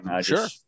Sure